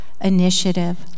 initiative